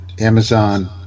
Amazon